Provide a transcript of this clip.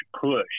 push